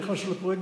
נכנסנו לפרויקט,